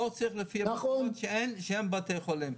מור צריך להופיע במקומות שאין בתי חולים.